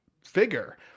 figure